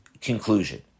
conclusion